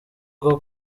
bwo